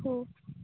हो